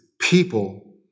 people